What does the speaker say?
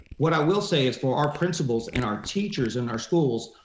what i will say is for our principals and our teachers and our schools,